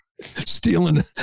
stealing